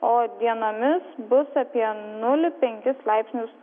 o dienomis bus apie nulį penkis laipsnius